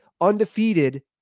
undefeated